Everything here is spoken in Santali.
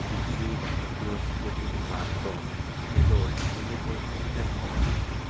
ᱠᱤᱪᱷᱩ ᱵᱷᱟᱨᱚᱛᱤᱭᱚ ᱥᱯᱳᱴᱤᱝ ᱠᱞᱟᱵᱽ ᱫᱚ ᱠᱷᱮᱞᱳᱰ ᱱᱤᱡᱮ ᱛᱮᱜᱮ ᱠᱚ ᱮᱛᱚᱦᱚᱵ ᱟᱠᱟᱫᱟ